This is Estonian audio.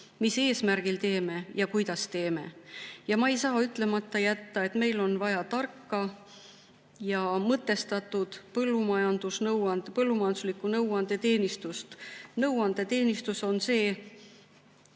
mis eesmärgil teeme ja kuidas teeme. Ma ei saa ütlemata jätta, et meil on vaja tarka ja mõtestatud põllumajanduslikku nõuandeteenistust. Nõuandeteenistus on see,